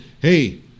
hey